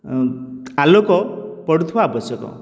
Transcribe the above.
ଆଲୋକ ପଡ଼ୁଥିବା ଆବଶ୍ୟକ